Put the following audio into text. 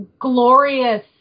glorious